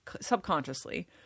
subconsciously